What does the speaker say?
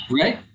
Right